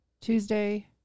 Tuesday